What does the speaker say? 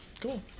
Cool